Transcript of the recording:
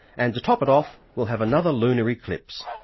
and to top it off, we'll have another lunar eclipse.